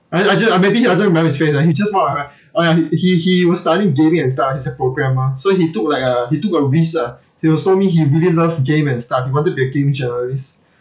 uh uh just uh maybe you don't remember his face ah he just one of the oh ya he he was studying gaming and stuff he's a programmer so he took like a he took a risk ah he was told me he really love games and stuff he wanted to be a